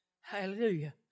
Hallelujah